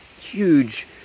huge